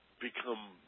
become